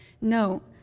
no